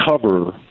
cover